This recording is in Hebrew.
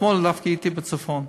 אתמול הייתי בצפון.